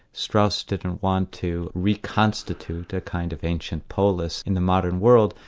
strauss didn't want to reconstitute a kind of ancient polis in the modern world,